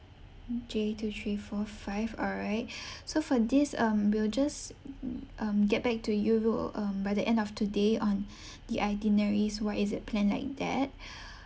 J two three four five all right so for this um we'll just um get back to you um by the end of today on the itineraries why is it planned like that